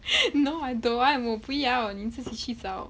no I don't want 我不要你自己去找